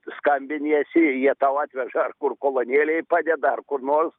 skambiniesi jie tau atveža ar kur kolonėlėj padeda ar kur nors